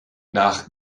nach